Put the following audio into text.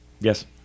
Yes